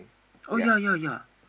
oh ya ya ya